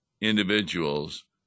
individuals